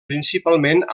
principalment